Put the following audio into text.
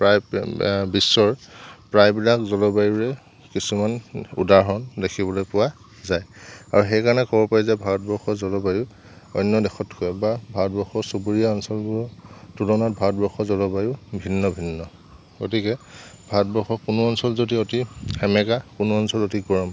প্ৰায় বিশ্বৰ প্ৰায়বিলাক জলবায়ুৰে কিছুমান উদাহৰণ দেখিবলৈ পোৱা যায় আৰু সেই কাৰণে ক'ব পাৰি যে ভাৰতবৰ্ষৰ জলবায়ু অন্য দেশতকৈ বা ভাৰতবৰ্ষৰ চুবুৰীয়া অঞ্চলৰ তুলনাত ভাৰতবৰ্ষৰ জলবায়ু ভিন্ন ভিন্ন গতিকে ভাৰতবৰ্ষৰ কোনো অঞ্চল যদি অতি সেমেকা কোনো অঞ্চল অতি গৰম